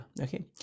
Okay